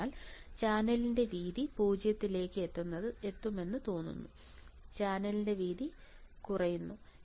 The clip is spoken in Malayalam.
അതിനാൽ ചാനലിന്റെ വീതി 0 ലേക്ക് എത്തുന്നതായി തോന്നുന്നു ചാനലിന്റെ വീതി കുറയുന്നു